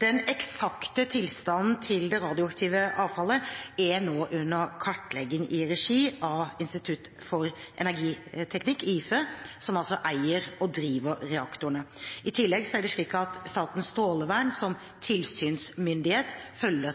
Den eksakte tilstanden til det radioaktive avfallet er nå under kartlegging i regi av Institutt for energiteknikk, IFE, som eier og driver reaktorene. I tillegg følger Statens strålevern som tilsynsmyndighet